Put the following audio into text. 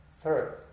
third